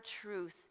truth